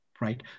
right